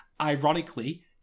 ironically